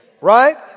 Right